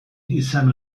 izan